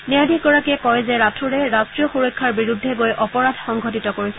ন্যায়াধীশগৰাকীয়ে কয় যে ৰাথোৰে ৰাষ্ট্ৰীয় সূৰক্ষাৰ বিৰুদ্ধে গৈ অপৰাধ সংঘটিত কৰিছিল